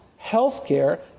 healthcare